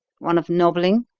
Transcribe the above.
one of nobbling?